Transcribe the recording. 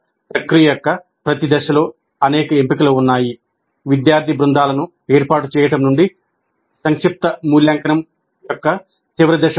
ప్రక్రియ యొక్క ప్రతి దశలో అనేక ఎంపికలు ఉన్నాయి విద్యార్థి బృందాలను ఏర్పాటు చేయడం నుండి సంక్షిప్త మూల్యాంకనం యొక్క చివరి దశ వరకు